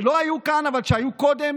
שלא היו כאן, אבל היו קודם